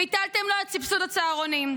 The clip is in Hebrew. ביטלם לו את סבסוד הצהרונים,